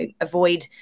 avoid